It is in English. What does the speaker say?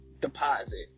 deposit